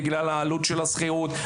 בגלל העלות של השכירות.